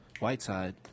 Whiteside